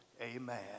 Amen